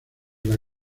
las